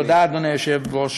תודה, אדוני היושב-ראש.